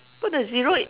put the zero i~